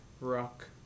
rock